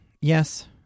Yes